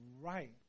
right